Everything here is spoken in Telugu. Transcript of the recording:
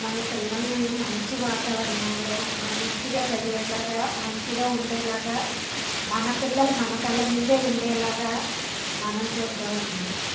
మన పిల్లల్ని మంచి వాతావరణంలో మంచిగా చదివేట్ లాగా మంచిగా ఉండేలాగా మన పిల్లలు మన కళ్ళ ముందే ఉండేలాగా మనం చూద్దాం అండి